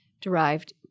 derived